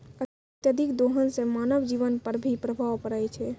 अत्यधिक दोहन सें मानव जीवन पर भी प्रभाव परै छै